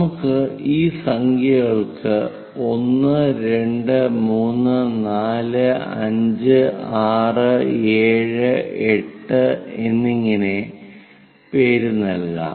നമുക്ക് ഈ സംഖ്യകൾക്ക് 1 2 3 4 5 6 7 8 എന്നിങ്ങനെ പേരുനൽകാം